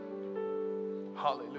Hallelujah